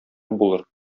булыр